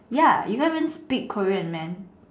ya you don't even speak Korean man